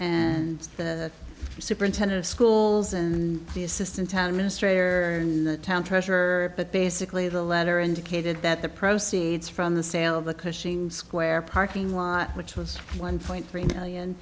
and the superintendent of schools and the assistant town ministre are in the town treasurer but basically the letter indicated that the proceeds from the sale of the cushing square parking lot which was one point three million